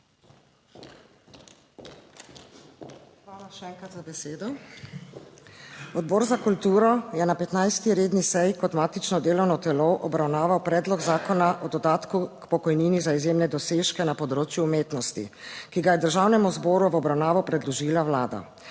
Hvala še enkrat za besedo. Odbor za kulturo je na 15. redni seji kot matično delovno telo obravnaval Predlog zakona o dodatku k pokojnini za izjemne dosežke na področju umetnosti, ki ga je Državnemu zboru v obravnavo predložila Vlada.